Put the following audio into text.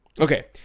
Okay